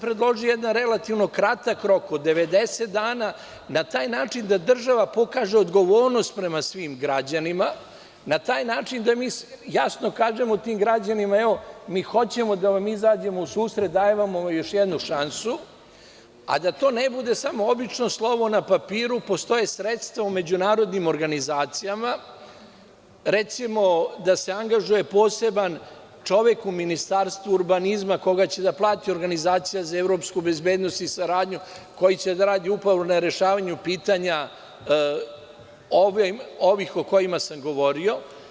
Predložio sam jedan relativno kratak rok od 90 dana, na taj način da država pokaže odgovornost prema svim građanima, na taj način da mi jasno kažemo tim građanima, evo mi hoćemo da vam izađemo u susret, dajemo vam još jednu šansu, a da to ne bude samo obično slovo na papiru postoje sredstva u međunarodnim organizacijama, recimo, da se angažuje poseban čovek u Ministarstvu urbanizma koga će da plaća organizacija za evropsku bezbednost i saradnju, koji će da radi upravo na rešavanju pitanja ovih o kojima sam govorio.